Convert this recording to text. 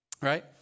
Right